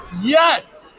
Yes